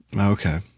Okay